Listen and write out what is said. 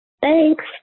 Thanks